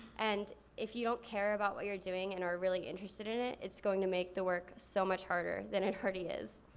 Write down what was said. and if you don't care about what you're doing and aren't really interested in it, it's going to make the work so much harder than it already is.